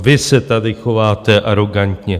Vy se tady chováte arogantně.